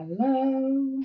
hello